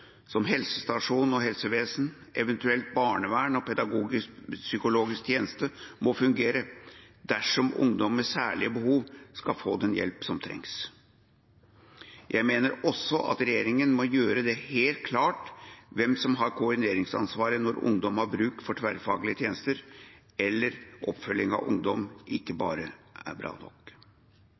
som helsestasjon og helsevesen – eventuelt barnevern og pedagogisk-psykologisk tjeneste – må fungere dersom ungdom med særlige behov skal få den hjelp som trengs. Jeg mener også at regjeringen må gjøre det helt klart hvem som har koordineringsansvaret når ungdom har bruk for tverrfaglige tjenester, eller når oppfølging av ungdom ikke bare er «bra nok».